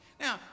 Now